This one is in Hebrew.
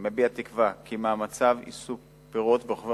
מביע תקווה כי מאמציו יישאו פירות ורוכבי